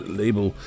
label